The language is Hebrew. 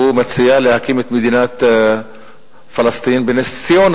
מציע להקים את מדינת פלסטין בנס-ציונה,